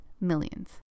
Millions